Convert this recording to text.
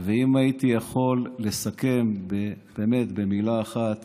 ואם הייתי יכול לסכם במילה אחת